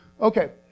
Okay